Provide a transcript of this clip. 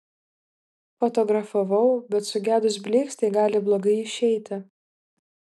fotografavau bet sugedus blykstei gali blogai išeiti